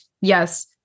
yes